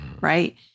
right